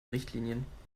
richtlinien